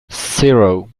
zero